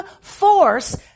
force